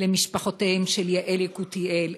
למשפחותיהם של יעל יקותיאל,